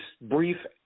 brief